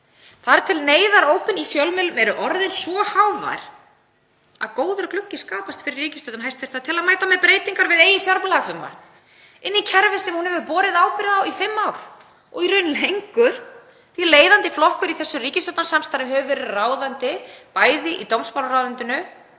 þar til neyðarópin í fjölmiðlum eru orðin svo hávær að góður gluggi skapast fyrir ríkisstjórnina til að mæta með breytingar við eigið fjárlagafrumvarp inn í kerfi sem hún hefur borið ábyrgð á í fimm ár og í raun lengur því að leiðandi flokkur í þessu ríkisstjórnarsamstarfi hefur verið ráðandi bæði í dómsmálaráðuneytinu